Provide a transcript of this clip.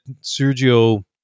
Sergio